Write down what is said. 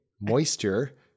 Moisture